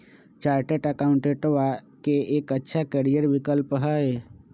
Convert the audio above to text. chartered अकाउंटेंटवा के एक अच्छा करियर विकल्प हई